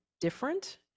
different